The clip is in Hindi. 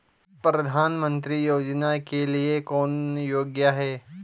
प्रधानमंत्री योजना के लिए कौन योग्य है?